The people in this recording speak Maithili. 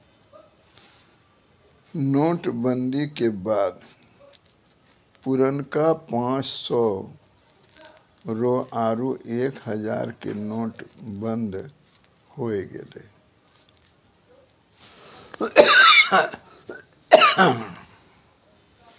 नोट बंदी के बाद पुरनका पांच सौ रो आरु एक हजारो के नोट बंद होय गेलै